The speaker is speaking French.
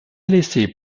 laissé